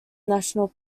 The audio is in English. national